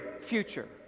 future